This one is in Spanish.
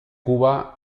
cuba